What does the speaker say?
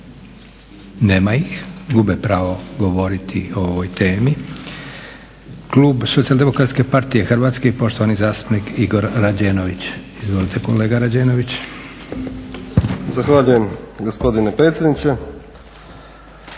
Nema ih. Gube pravo govoriti o ovoj temi. Klub Socijaldemokratske partije Hrvatske i poštovani zastupnik Igor Rađenović. Izvolite kolega Rađenović. **Rađenović, Igor (SDP)** Zahvaljujem gospodine predsjedniče,